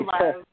love